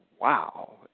wow